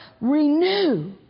renew